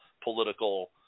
political